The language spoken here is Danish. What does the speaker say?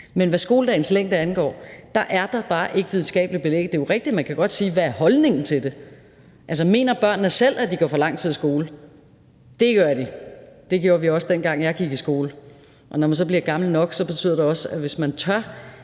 Men hvad skoledagens længde angår, er der bare ikke et videnskabeligt belæg. Det er jo rigtigt, at man godt kan spørge om, hvad holdningen er til det. Altså, mener børnene selv, at de går for lang tid i skole? Det gør de, og det gjorde vi også, dengang jeg gik i skole, og når man så bliver gammel nok, betyder det også, at man, hvis man tør,